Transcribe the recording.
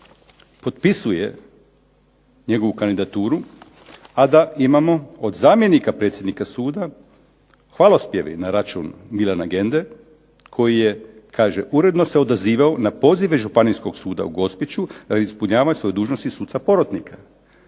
potpisuje njegovu kandidaturu, a da imamo od zamjenika predsjednika suda hvalospjeve na račun Milana Gende, koji je kaže uredno se odazivao na pozive županijskog suda u Gospiću …/Ne razumije se./… svoju dužnost i suca porotnika.